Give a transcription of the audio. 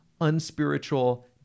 unspiritual